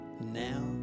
now